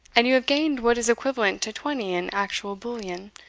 and you have gained what is equivalent to twenty in actual bullion,